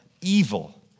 evil